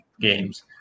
games